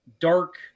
dark